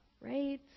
right